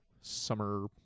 summer